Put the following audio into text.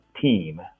team